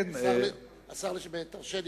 תרשה לי.